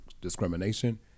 discrimination